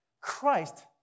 Christ